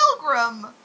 Pilgrim